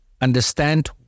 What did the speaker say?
understand